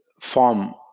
form